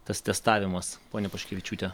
tas testavimas ponia paškevičiūte